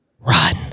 run